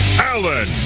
Allen